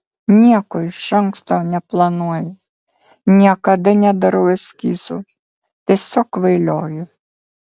nieko iš anksto neplanuoju niekada nedarau eskizų tiesiog kvailioju